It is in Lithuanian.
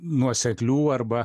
nuoseklių arba